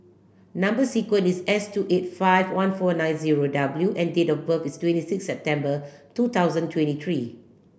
number sequence is S two eight five one four nine zero W and date of birth is twenty six September two thousand twenty three